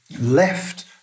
left